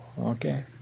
Okay